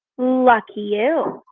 lucky you.